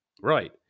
Right